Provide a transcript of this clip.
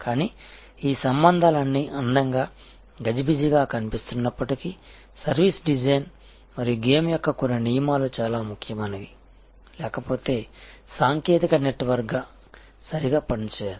కానీ ఈ సంబంధాలన్నీ అందంగా గజిబిజిగా కనిపిస్తున్నప్పటికీ సర్వీస్ డిజైన్ మరియు గేమ్ యొక్క కొన్ని నియమాలు చాలా ముఖ్యమైనవి లేకపోతే సాంకేతిక నెట్వర్క్ సరిగా పనిచేయదు